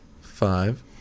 Five